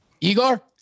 Igor